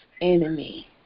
enemy